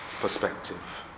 perspective